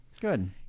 Good